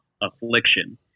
affliction